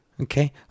Okay